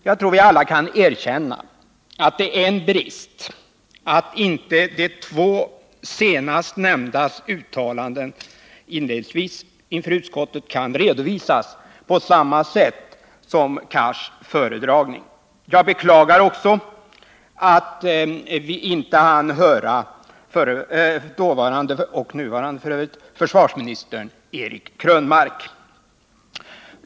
Jag tror att vi alla kan erkänna att det är en brist att inte de två sistnämndas uttalanden inledningsvis inför utskottet kan redovisas på samma sätt som Cars föredragning. Jag beklagar också att vi inte hann höra dåvarande, och nuvarande f. ö., försvarsministern Eric Krönmark.